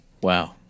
Wow